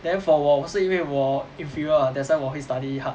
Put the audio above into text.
then for 我我是因为我 inferior ah that's why 我会 study hard